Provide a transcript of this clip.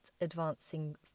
Advancing